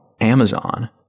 Amazon